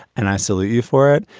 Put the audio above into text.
and i salute you for it.